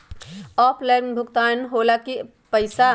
Offline भुगतान हो ला कि पईसा?